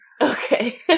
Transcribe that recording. Okay